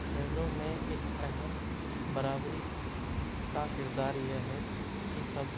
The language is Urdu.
کھیلوں میں ایک اہم برابری کا کردار یہ ہے کہ سب